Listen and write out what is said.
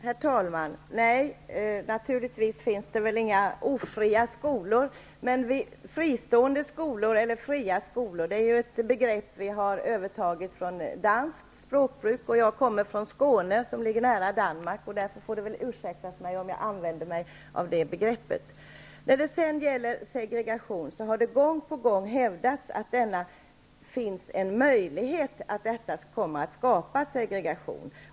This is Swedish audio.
Herr talman! Nej, naturligtvis finns det inga ofria skolor. Men fristående skolor, eller fria skolor, är ett begrepp som vi har övertagit från danskt språkbruk. Jag kommer från Skåne, som ligger nära Danmark, och därför får det väl ursäktas mig om jag använder mig av det begreppet. Det har gång på gång hävdats att det finns en möjlighet att detta kommer att skapa segregation.